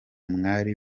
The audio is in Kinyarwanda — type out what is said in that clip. mwari